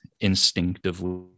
instinctively